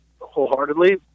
wholeheartedly